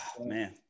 Man